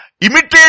Imitate